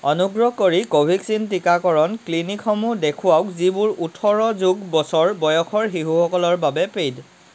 অনুগ্ৰহ কৰি কোভেক্সিন টীকাকৰণ ক্লিনিকসমূহ দেখুৱাওক যিবোৰ ওঠৰ যোগ বছৰ বয়সৰ শিশুসকলৰ বাবে পেইড